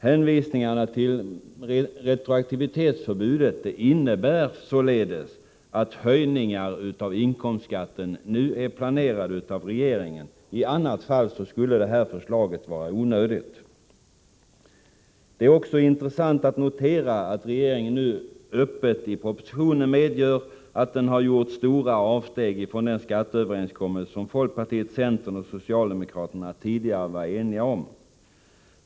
Hänvisningarna till retroaktivitetsförbudet innebär således att höjningar av inkomstskatten nu är planerade av regeringen. I annat fall skulle det här förslaget vara onödigt. Det är också intressant att notera att regeringen nu i propositionen öppet medger att den har gjort stora avsteg från den skatteöverenskommelse som folkpartiet, centern och socialdemokraterna tidigare var eniga om.